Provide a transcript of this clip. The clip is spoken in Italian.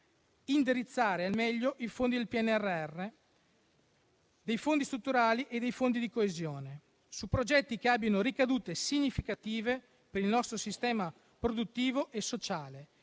indirizzare al meglio i fondi del PNRR, i fondi strutturali e i fondi di coesione su progetti che abbiano ricadute significative per il nostro sistema produttivo e sociale